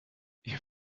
ihr